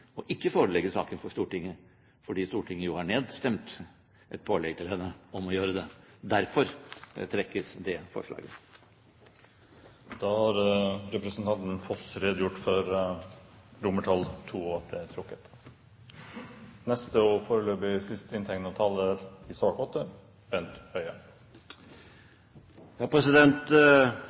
ikke forelegge saken for Stortinget, fordi Stortinget har jo nedstemt et pålegg til henne om å gjøre det. Derfor trekkes det forslaget. Da har representanten Per-Kristian Foss redegjort for at II i forslag til vedtak er trukket. Representanten Kolbergs innlegg setter jo saken i